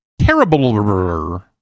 terrible